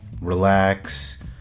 relax